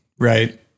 Right